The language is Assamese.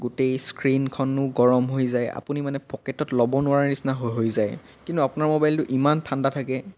গোটেই স্ক্ৰীণখনো গৰম হৈ যায় আপুনি মানে পকেটত ল'ব নোৱাৰা নিচিনা হৈ হৈ যায় কিন্তু আপোনাৰ মোবাইলটো ইমান ঠাণ্ডা থাকে